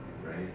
Right